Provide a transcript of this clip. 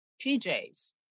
PJs